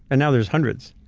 and now there's hundreds.